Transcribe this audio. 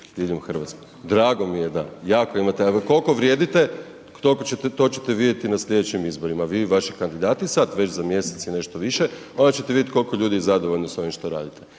diljem RH, drago mi je da, jako imate, a koliko vrijedite, to ćete vidjeti na slijedećim izborima vi i vaši kandidati sad već za mjesec i nešto više, onda ćete vidjet koliko je ljudi zadovoljno s ovim što radite.